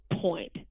point